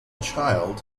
child